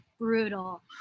brutal